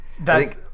that's-